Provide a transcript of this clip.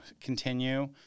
continue